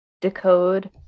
decode